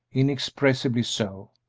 inexpressibly so,